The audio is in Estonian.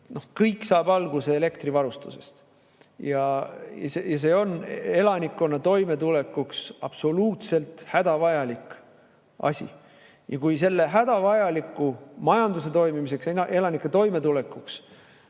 Kõik saab alguse elektrivarustusest ja see on elanikkonna toimetulekuks absoluutselt hädavajalik asi. Ja kui selle hädavajaliku, majanduse toimimiseks, elanike toimetulekuks,